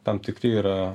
tam tikri yra